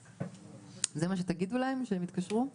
זה מה שתגידו להם כשהם יתקשרו?